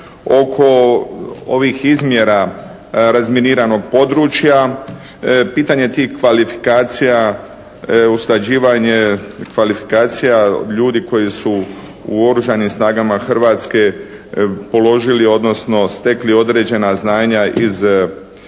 oko ovih izmjera razminiranog područja, pitanje tih kvalifikacija usklađivanje kvalifikacija ljudi koji su u oružanim snagama Hrvatske položili, odnosno stekli određena znanja iz ove